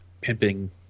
pimping